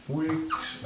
weeks